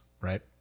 right